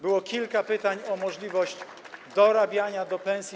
Było kilka pytań o możliwość dorabiania do pensji.